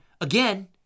again